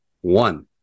one